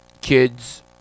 kids